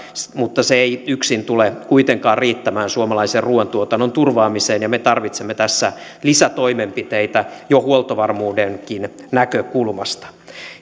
mutta se ei yksin tule kuitenkaan riittämään suomalaisen ruuantuotannon turvaamiseen ja me tarvitsemme tässä lisätoimenpiteitä jo huoltovarmuudenkin näkökulmasta